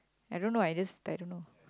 I don't know I just I don't know